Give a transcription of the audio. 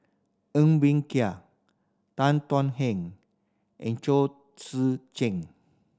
Ng Bee Kia Tan Thuan Heng and Chao Tzee Cheng